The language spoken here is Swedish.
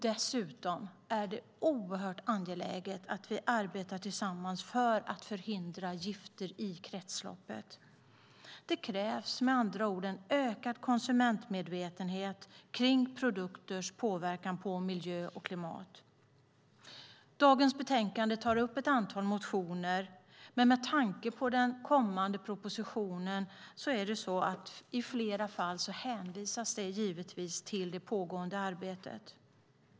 Dessutom är det oerhört angeläget att vi arbetar tillsammans för att förhindra gifter i kretsloppet. Det krävs med andra ord en ökad konsumentmedvetenhet kring produkters påverkan på miljö och klimat. Det betänkande vi nu behandlar tar upp ett antal motioner, men med tanke på den kommande propositionen hänvisas det i flera fall till det pågående arbetet.